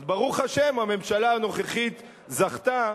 אז ברוך השם הממשלה הנוכחית זכתה.